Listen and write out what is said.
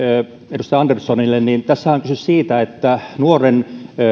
edustaja anderssonille tässähän on kyse siitä että nuoren